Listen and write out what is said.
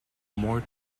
more